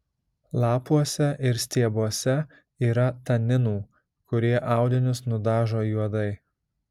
lapuose ir stiebuose yra taninų kurie audinius nudažo juodai